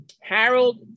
Harold